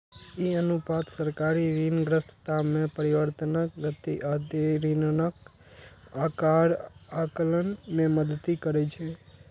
ई अनुपात सरकारी ऋणग्रस्तता मे परिवर्तनक गति आ देय ऋणक आकार आकलन मे मदति करै छै